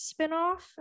spinoff